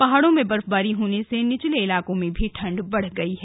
पहाड़ों में बर्फबारी होने से निचले इलाकों में भी ठंड बढ़ गई है